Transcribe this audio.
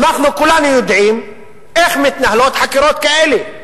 אנחנו כולנו יודעים איך מתנהלות חקירות כאלה.